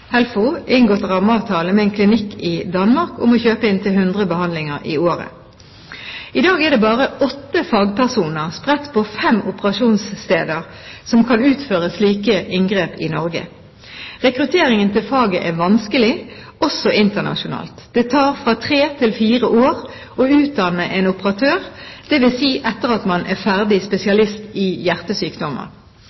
HELFO, inngått rammeavtale med en klinikk i Danmark om å kjøpe inntil 100 behandlinger i året. I dag er det bare åtte fagpersoner spredt på fem operasjonssteder som kan utføre slike inngrep i Norge. Rekrutteringen til faget er vanskelig, også internasjonalt. Det tar fra tre til fire år å utdanne en operatør, dvs. etter at man er ferdig